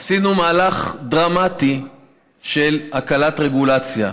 עשינו מהלך דרמטי של הקלת רגולציה.